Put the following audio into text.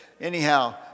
Anyhow